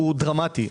דרמטי.